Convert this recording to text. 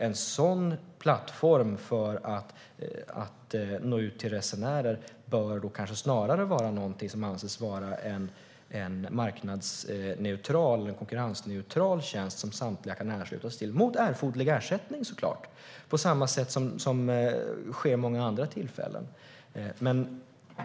En sådan här plattform för att nå ut till resenärer bör kanske snarare vara någonting som anses vara en konkurrensneutral tjänst som samtliga kan anslutas till, mot erforderlig ersättning såklart, på samma sätt som sker vid många andra tillfällen.